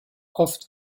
oft